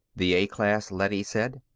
the a-class leady said.